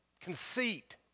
conceit